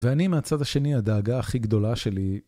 ואני, מהצד השני, הדאגה הכי גדולה שלי...